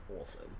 awesome